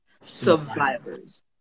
survivors